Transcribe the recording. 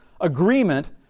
agreement